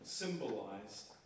symbolized